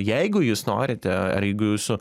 jeigu jūs norite ar jeigu jūsų